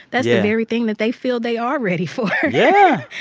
that's the very thing that they feel they are ready for yeah.